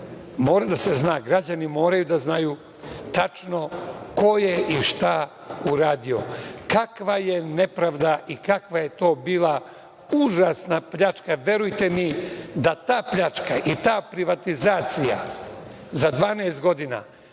Mora da se zna. Građani moraju da znaju tačno ko je i šta uradio, kakva je nepravda i kakva je to bila užasna pljačka. Verujte mi da ta pljačka i ta privatizacija za 12 godina